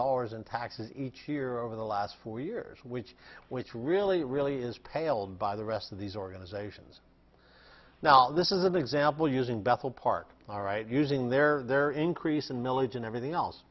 dollars in taxes each year over the last four years which which really really is paled by the rest of these organizations now this is an example using bethel park all right using their their increase in milage and everything else